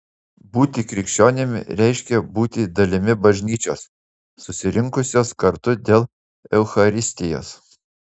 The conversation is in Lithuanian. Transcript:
būti krikščionimi reiškia būti dalimi bažnyčios susirinkusios kartu dėl eucharistijos